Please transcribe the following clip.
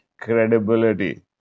credibility